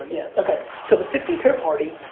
yeah, okay. so the fifty pair party,